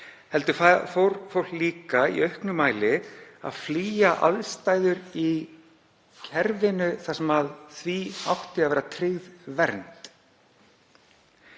heldur fór fólk líka í auknum mæli að flýja aðstæður í kerfinu þar sem því átti að vera tryggð vernd.